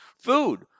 food